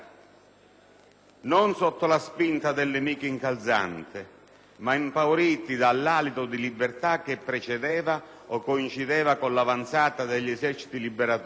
non sotto la spinta del nemico incalzante, ma impauriti dall'alito di libertà che precedeva o coincideva con l'avanzata degli eserciti liberatori.